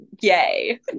Yay